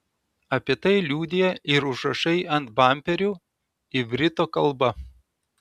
apie tai liudija ir užrašai ant bamperių ivrito kalba